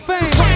Fame